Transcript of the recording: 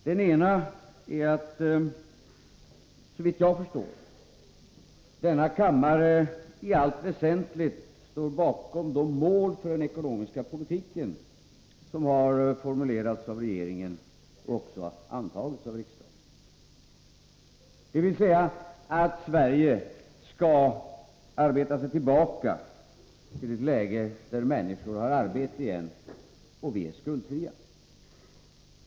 Den ena var att, såvitt jag förstår, denna kammare i allt väsentligt står bakom de mål för den ekonomiska politiken som har formulerats av regeringen och också antagits av riksdagen, dvs. att Sverige skall arbeta sig tillbaka till ett läge där människor har arbete och vi är skuldfria.